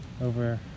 over